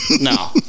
no